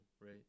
Right